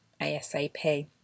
ASAP